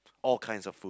all kinds of food